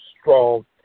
strong